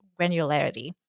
granularity